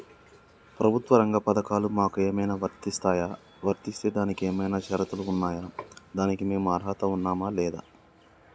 ప్రభుత్వ రంగ పథకాలు మాకు ఏమైనా వర్తిస్తాయా? వర్తిస్తే దానికి ఏమైనా షరతులు ఉన్నాయా? దానికి మేము అర్హత ఉన్నామా లేదా?